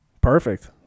Perfect